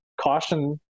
caution